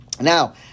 Now